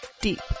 deep